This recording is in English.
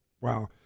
wow